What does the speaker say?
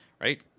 right